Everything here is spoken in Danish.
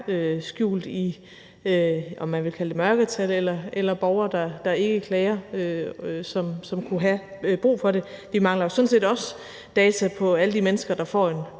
skjult; man kan kalde det mørketal eller borgere, der ikke klager, og som kunne have brug for det. Vi mangler sådan set også data på alle de mennesker, der får en